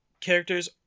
characters